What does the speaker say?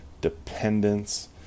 dependence